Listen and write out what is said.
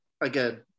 again